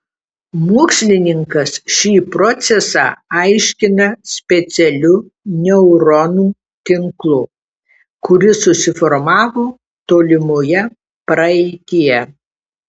mokslininkas šį procesą aiškina specialiu neuronų tinklu kuris susiformavo tolimoje praeityje